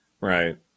Right